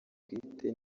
bwite